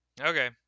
Okay